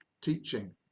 teaching